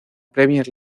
premier